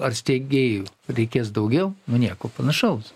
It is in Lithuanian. ar steigėjų reikės daugiau nu nieko panašaus